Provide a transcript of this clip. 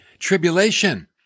tribulation